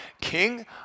king